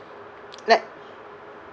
let